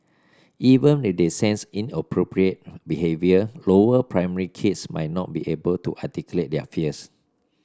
even if they sense inappropriate behaviour lower primary kids might not be able to articulate their fears